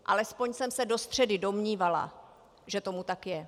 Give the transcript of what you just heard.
Alespoň jsem se do středy domnívala, že tomu tak je.